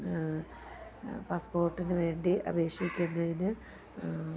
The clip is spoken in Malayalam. പാസ്സ്പോർട്ടിനു വേണ്ടി അപേക്ഷിക്കുന്നതിന്